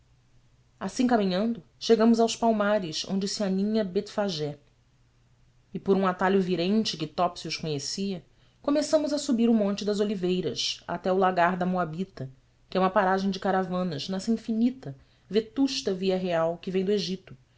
assim caminhando chegamos aos palmares onde se aninha betfagé e por um atalho virente que topsius conhecia começamos a subir o monte das oliveiras até o lagar da moabita que é uma paragem de caravanas nessa infinita vetusta via real que vem do egito